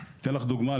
אני אתן לך דוגמה.